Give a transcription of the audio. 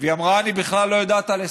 והיא אמרה: אני בכלל לא יודעת על הסכם.